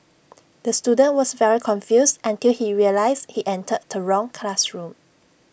the student was very confused until he realised he entered the wrong classroom